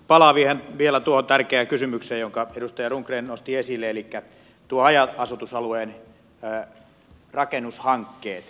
palaan vielä tuohon tärkeään kysymykseen jonka edustaja rundgren nosti esille elikkä haja asutusalueen rakennushankkeisiin